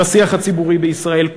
בשיח הציבורי בישראל.